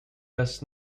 does